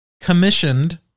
commissioned